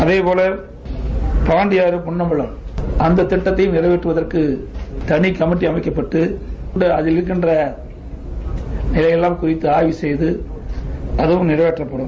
அதேபோல பாண்டியாறு புன்னம்புழா அந்த திட்டத்திற்கு நிறைவேற்றுவதற்கு தனி கமிட்டி அமைக்கப்பட்டு அதில் இருக்கின்ற நிலையெல்லாம் குறித்து ஆய்வு செய்து அதுவும் நிறைவேற்றப்படும்